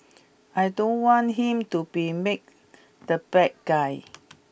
I don't want him to be made the bad guy